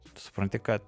supranti kad